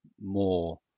more